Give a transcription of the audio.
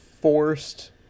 forced